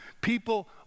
People